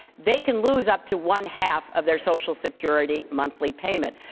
they can lose up to one-half of their social security monthly payment.